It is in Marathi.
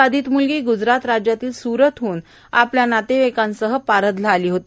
बाधित म्लगी ग्जरात राज्यातल्या स्रतहन आपल्या नातेवाईकांसह पारधला आली होती